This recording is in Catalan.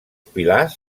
pilars